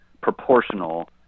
proportional